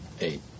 eight